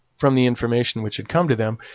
from the information which had come to them,